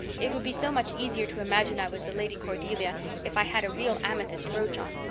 it would be so much easier to imagine i was the lady cordelia if i had a real amethyst brooch on.